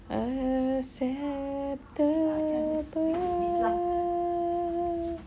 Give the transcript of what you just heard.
acceptable